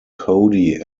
cody